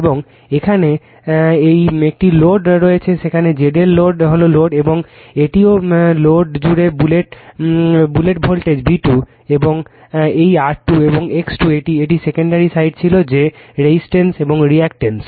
এবং একইভাবে এখানে একটি লোড রয়েছে সেখানে Z L হল লোড এবং এটিও লোড জুড়ে বুলেট ভোল্টেজ V2 এবং এই R2 এবং X2 এটি সেকেন্ডারি সাইড ছিল যে রেজিসটেন্স এবং রিঅ্যাকটেন্স